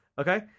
Okay